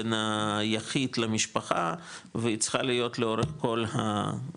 בין היחיד למשפחה והיא צריכה להיות לאורך כל הטבלה,